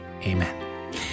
Amen